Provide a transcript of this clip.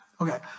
okay